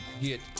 get